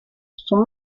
sont